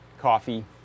coffee